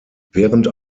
während